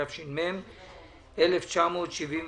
התש"ם-1979.